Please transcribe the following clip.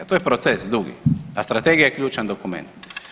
To je proces, dugi, a strategija je ključan dokument.